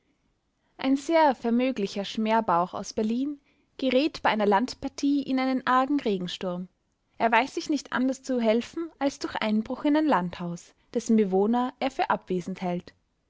ein sehr vermöglicher schmerbauch aus berlin gerät bei einer landpartie in einen argen regensturm er weiß sich nicht anders zu helfen als durch einbruch in ein landhaus dessen bewohner er für abwesend hält